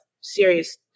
serious